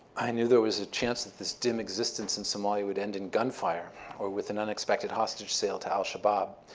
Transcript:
i knew there was a chance that this dim existence in somalia would end in gunfire or with an unexpected hostage sale to al-shabaab,